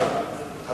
נעבור לקריאה שלישית.